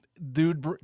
Dude